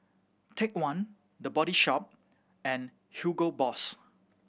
Take One The Body Shop and Hugo Boss